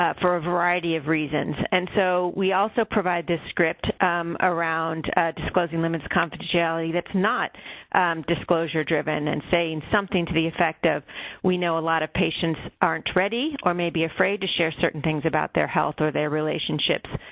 ah for a variety of reasons. and so, we also provide this script around disclosing limits, confidentiality that's not disclosure-driven, and saying something to the effect of we know a lot of patients aren't ready or maybe afraid to share certain things about their health or their relationships.